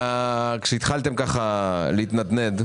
כשהתחלתם להתנדנד,